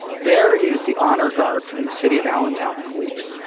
there is the honor guard from the city of allentown police.